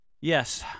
yes